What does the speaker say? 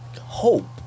hope